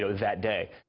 so that day.